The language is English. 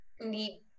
need